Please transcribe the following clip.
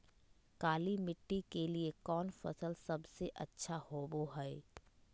काली मिट्टी के लिए कौन फसल सब से अच्छा होबो हाय?